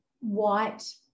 white